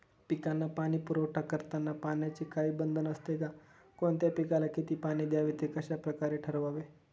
पिकांना पाणी पुरवठा करताना पाण्याचे काही बंधन असते का? कोणत्या पिकाला किती पाणी द्यावे ते कशाप्रकारे ठरवावे?